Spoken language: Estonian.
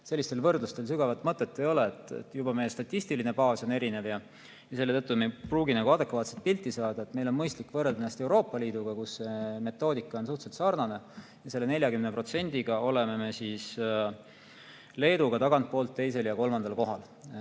Sellistel võrdlustel sügavat mõtet ei ole, juba meie statistiline baas on erinev ja selle tõttu me ei pruugi adekvaatset pilti saada. Meil on mõistlik võrrelda ennast Euroopa Liiduga, kus metoodika on suhteliselt sarnane. Selle 40%-ga oleme me Leeduga tagantpoolt teisel ja kolmandal kohal.